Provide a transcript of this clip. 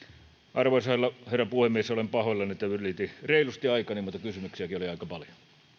arvoisa herra puhemies olen pahoillani että ylitin reilusti aikani mutta kysymyksiäkin oli aika paljon